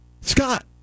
Scott